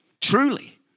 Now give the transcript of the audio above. Truly